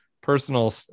personal